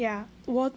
yeah 我